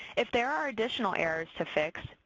if there are additional errors to fix,